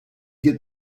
get